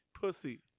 Pussy